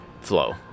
flow